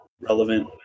relevant